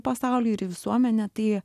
pasaulį į visuomenę tai